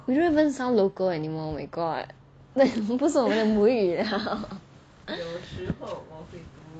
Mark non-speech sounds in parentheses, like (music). we don't even sound local anymore oh my god 不是我们母语了 (laughs)